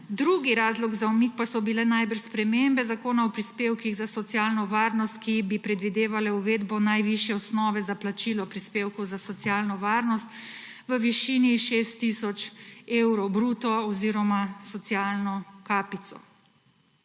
Drugi razlog za umik pa so bile najbrž spremembe Zakona o prispevkih za socialno varnost, ki bi predvidevale uvedbo najvišje osnove za plačilo prispevkov za socialno varnost v višini 6 tisoč evrov bruto oziroma socialno kapico.